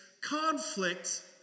conflict